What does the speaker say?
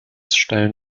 stellen